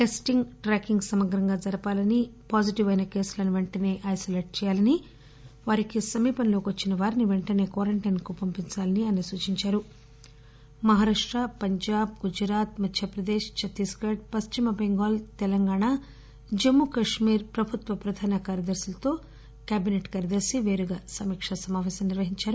testing tracking సమగ్రంగా జరపాలని positive అయిన కేసులను పెంటసే ఐనోలేట్ చెయ్యాలని వారికి సమీపంలోకి వచ్చిన వారిని పెంటసే క్వారంటైన్ కు పంపించాలని ఆయన సూచించారు మహారాష్ట పంజాబ్ గుజరాత్ మధ్యప్రదేశ్ ఛత్తీస్గఢ్ పశ్చిమబెంగాల్ తెలంగాణ జమ్మూ కశ్మీర్ రాష్టాల ప్రభుత్వ ప్రధాన కార్యదర్శితో క్యాబిసెట్ కార్యదర్శి పేరుగా సమీక సమాపేశం నిర్వహించారు